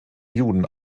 juden